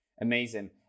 Amazing